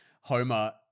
Homer